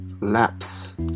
lapse